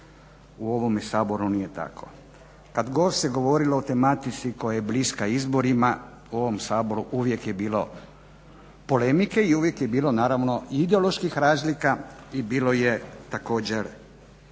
u ovome Saboru nije tako. Kada se god govorilo o tematici koja je bliska izborima u ovom Saboru uvijek je bilo polemike i uvijek je bilo naravno i ideoloških razlika i bilo je također